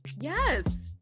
Yes